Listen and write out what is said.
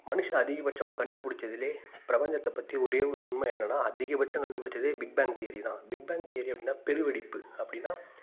மனுசன் அதிகபட்சமாக கண்டுபிடிச்சதுலே பிரபஞ்சத்தைப் பற்றி ஒரே ஒரு உண்மை என்னென்னா அதிகபட்சம் கண்டுபிடிச்சதே பிக் பேங் தியரி தான் பிக் பேங் தியரி அப்படின்னால் பெரு வெடிப்பு அப்படின்னா